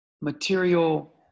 material